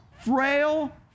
frail